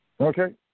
okay